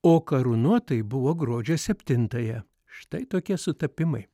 o karūnuota ji buvo gruodžio septintąją štai tokie sutapimai